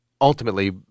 ultimately